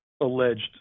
alleged